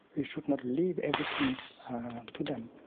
we should not leave everything to them.